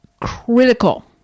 critical